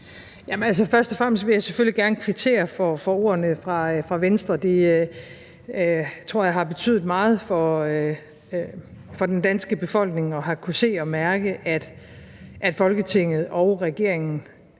Først og fremmest vil jeg selvfølgelig gerne kvittere for ordene fra Venstre. Jeg tror, det har betydet meget for den danske befolkning at have kunnet se og mærke, at Folketinget og regeringen